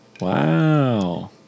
Wow